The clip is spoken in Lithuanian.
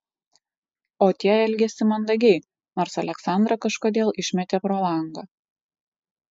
o tie elgėsi mandagiai nors aleksandrą kažkodėl išmetė pro langą